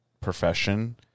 profession